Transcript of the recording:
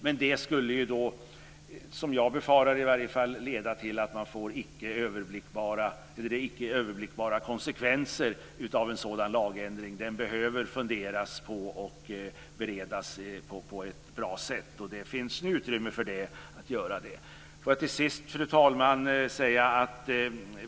Men jag befarar att en sådan lagändring skulle leda till icke överblickbara konsekvenser. Man behöver fundera på det och bereda det på ett bra sätt. Nu finns det utrymme för att göra det. Fru talman!